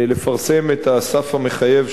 לפרסם את הסף המחייב,